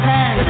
Ten